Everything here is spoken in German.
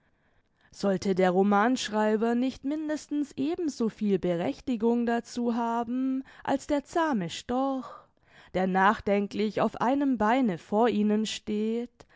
sollte der romanschreiber nicht mindestens eben soviel berechtigung dazu haben als der zahme storch der nachdenklich auf einem beine vor ihnen steht